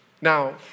Now